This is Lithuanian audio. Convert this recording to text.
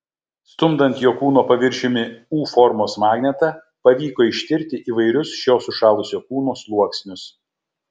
stumdant jo kūno paviršiumi u formos magnetą pavyko ištirti įvairius šio sušalusio kūno sluoksnius